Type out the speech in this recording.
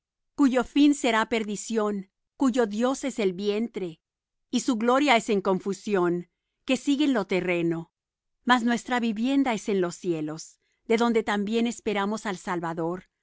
cuyo fin será perdición cuyo dios es el vientre y su gloria es en confusión que sienten lo terreno mas nuestra vivienda es en los cielos de donde también esperamos al salvador